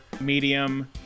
Medium